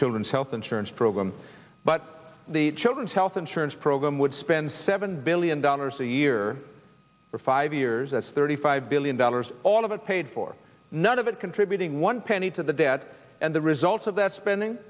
children's health insurance program but the children's health insurance program would spend seven billion dollars a year for five years as thirty five billion dollars all of it paid for none of it contributing one penny to the debt and the result of that spending